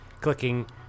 clicking